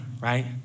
right